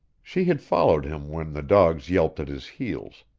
she had followed him when the dog yelped at his heels,